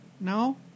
No